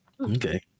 Okay